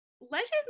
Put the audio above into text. Legends